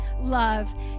love